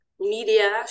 Media